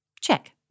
Check